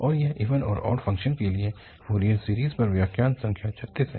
और यह इवन और ऑड फ़ंक्शन्स के लिए फोरियर सीरीज़ पर व्याख्यान संख्या 36 है